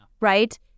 right